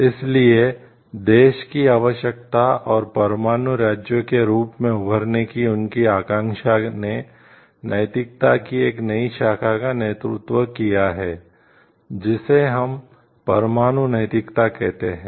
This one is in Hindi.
इसलिए देश की आवश्यकता और परमाणु राज्यों के रूप में उभरने की उनकी आकांक्षा ने नैतिकता की एक नई शाखा का नेतृत्व किया है जिसे हम परमाणु नैतिकता कहते हैं